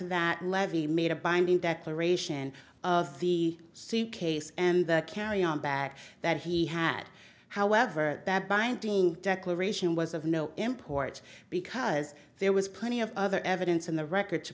that levy made a binding that the ration of the suitcase and the carry on bag that he had however that binding declaration was of no import because there was plenty of other evidence in the record to